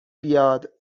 بیاد